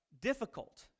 difficult